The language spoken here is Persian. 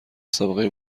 سابقه